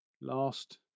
last